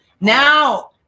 Now